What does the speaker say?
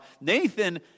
Nathan